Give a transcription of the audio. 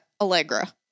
Allegra